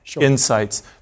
insights